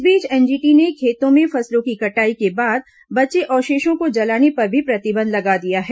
इस बीच एनजीटी ने खेतों में फसलों की कटाई के बाद बचे अवशेषों को जलाने पर भी प्रतिबंध लगा दिया है